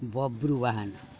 Babruwan